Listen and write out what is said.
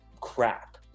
crap